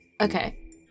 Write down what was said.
Okay